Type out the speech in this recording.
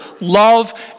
love